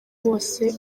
bose